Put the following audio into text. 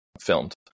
filmed